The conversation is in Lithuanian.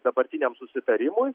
dabartiniam susitarimui